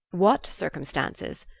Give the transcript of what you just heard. what circumstances?